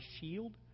shield